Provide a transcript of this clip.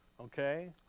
Okay